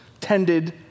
tended